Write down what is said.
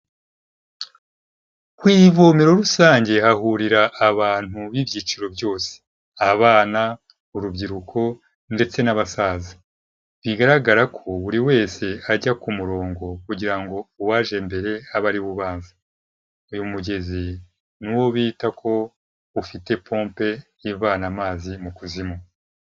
Ku ivomero rusange hahurira abantu b'ibyiciro byose: abana, urubyiruko ndetse n'abasaza. Bigaragara ko buri wese ajya ku murongo kugira ngo uwaje mbere abe ari we ubanza. Uyu mugezi ni wo bita ko ufite pompe ivana amazi mu kuzimu.